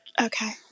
okay